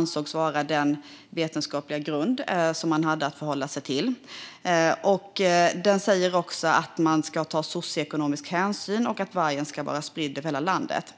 utifrån den vetenskapliga grund man då hade att förhålla sig till. Här sägs också att det ska tas socioekonomisk hänsyn och att vargen ska vara spridd över hela landet.